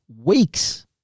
weeks